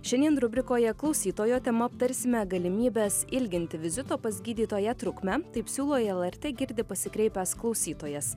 šiandien rubrikoje klausytojo tema aptarsime galimybes ilginti vizito pas gydytoją trukmę taip siūlo į lrt girdi pasikreipęs klausytojas